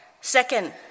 Second